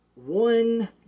one